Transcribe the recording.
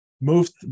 moved